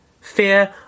Fear